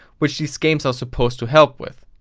which these games are supposed to help with.